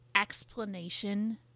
explanation